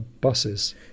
buses